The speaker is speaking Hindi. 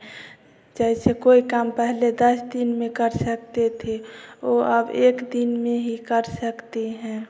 जैसे कोई काम पहले दस दिन में कर सकते थे वह अब एक दिन में ही कर सकते हैं